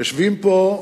יושבים פה,